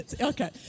Okay